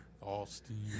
Austin